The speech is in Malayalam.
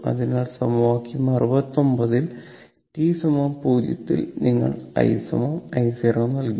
അതിനാൽ സമവാക്യം 69 ൽ t 0 ൽ നിങ്ങൾ i I 0 നൽകി